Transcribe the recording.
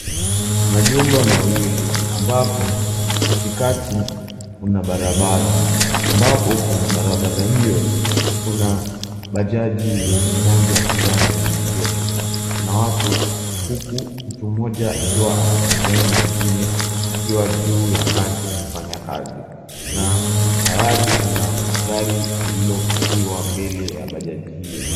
Majumba mawili ambapo katikati kuna barabara ambapo kwenye barabara hiyo kuna bajaji yenye rangi ya manjano imeegeshwa na watu huku mtu mmoja akiwa anatembea na mwingine akiwa juu ya ngazi akifanya kazi na tayari kuna gari lililopakiwa mbele ya bajaji hiyo.